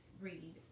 read